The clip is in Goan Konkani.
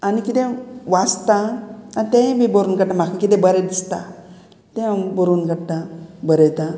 आनी किदें वाचता आनी तेंय बी बरोवन काडटा म्हाका कितें बरें दिसता तें हांव बरोवन काडटा बरयता